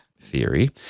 theory